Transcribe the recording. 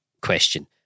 question